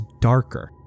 darker